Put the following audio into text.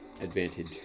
advantage